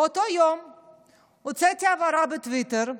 באותו יום הוצאתי הבהרה בטוויטר,